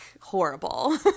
horrible